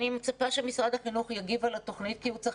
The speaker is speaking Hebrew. אני מצפה שמשרד החינוך יגיב על התוכנית כי הוא צריך